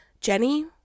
Jenny